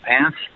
pants